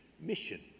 mission